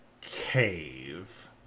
cave